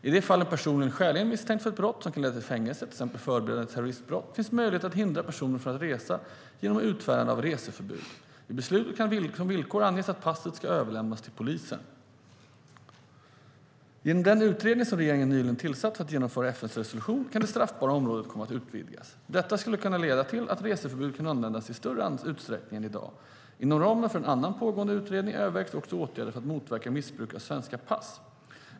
I de fall en person är skäligen misstänkt för ett brott som kan leda till fängelse, till exempel förberedelse till terroristbrott, finns möjlighet att hindra personen från att resa genom utfärdande av reseförbud. I beslutet kan som villkor anges att passet ska överlämnas till polisen. Genom den utredning som regeringen nyligen tillsatt för att genomföra FN:s resolution kan det straffbara området komma att utvidgas. Detta skulle kunna leda till att reseförbud kan användas i större utsträckning än i dag. Inom ramen för en annan pågående utredning övervägs också åtgärder för att motverka missbruk av svenska pass.